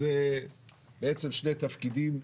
אלה בעצם שני תפקידים.